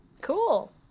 cool